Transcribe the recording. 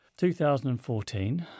2014